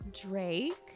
Drake